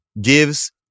gives